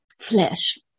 flesh